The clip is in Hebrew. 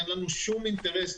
אין לנו שום אינטרס.